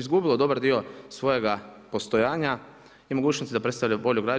izgubilo dobar dio svojega postojanja i mogućnosti da predstavlja volju građana.